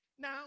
Now